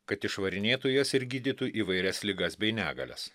kad išvarinėtų jas ir gydytų įvairias ligas bei negalias